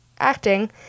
acting